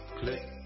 click